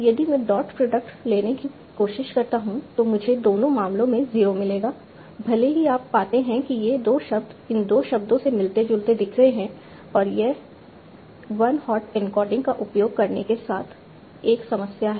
यदि मैं dot product लेने की कोशिश करता हूँ तो मुझे दोनों मामलों में 0 मिलेगा भले ही आप पाते हैं कि ये 2 शब्द इन 2 शब्दों से मिलते जुलते दिख रहे हैं और यह वन हॉट एन्कोडिंग का उपयोग करने के साथ 1 समस्या है